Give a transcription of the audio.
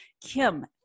Kim